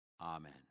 amen